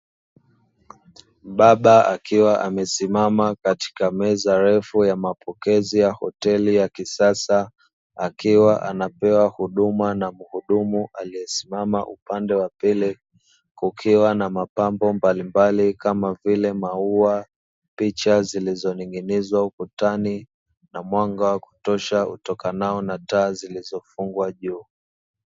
Baba akiwa amesimama katika meza refu ya mapokezi ya hoteli ya kisasa akiwa anapewa huduma na muhudumu aliyesimama upande wa pili kukiwa na mapambo mbalimbali kama vile maua, picha zilizoning'inizwa ukutani, na mwanga wa kutosha utokanao na taa zilizofungwa juu.